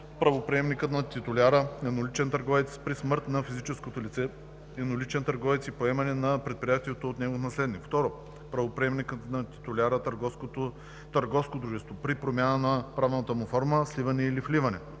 правоприемникът на титуляря – едноличен търговец, при смърт на физическото лице – едноличен търговец, и поемане на предприятието от негов наследник; 2. правоприемникът на титуляря – търговско дружество, при промяна на правната му форма, сливане или вливане;